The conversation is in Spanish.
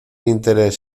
interés